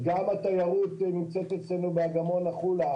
גם התיירות נמצאת אצלנו באגמון החולה